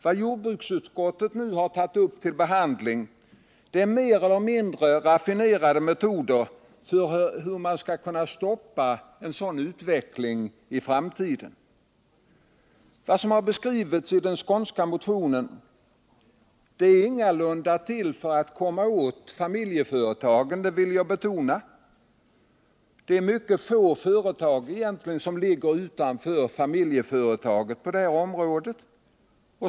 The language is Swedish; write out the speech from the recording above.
Vad jordbruksutskottet nu har tagit upp till behandling är mer eller mindre raffinerade metoder för att stoppa en sådan utveckling i framtiden. Det som harskrivits i den skånska motionen är ingalunda till för att komma åt familjeföretagen — det vill jag betona. Mycket få företag ligger egentligen utanför familjeföretagens ram på detta område.